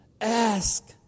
Ask